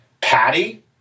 Patty